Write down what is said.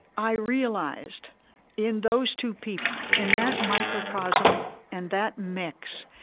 i realized in those two people, in that microcosm and that mix,